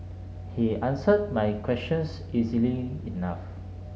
he answered my questions easily enough